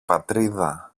πατρίδα